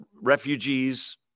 refugees